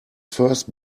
first